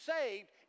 saved